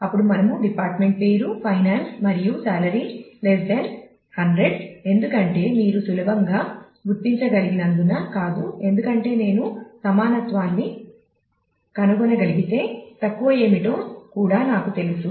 అప్పుడు మనము డిపార్ట్మెంట్ పేరు ఫైనాన్స్ మరియు సాలరీ 100 ఎందుకంటే మీరు సులభంగా గుర్తించగలిగినందున కాదు ఎందుకంటే నేను సమానత్వాన్ని కనుగొనగలిగితే తక్కువ ఏమిటో కూడా నాకు తెలుసు